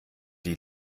die